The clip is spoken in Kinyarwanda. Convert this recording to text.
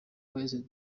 wahise